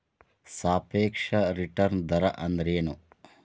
ಸಾಪೇಕ್ಷ ರಿಟರ್ನ್ ದರ ಅಂದ್ರೆನ್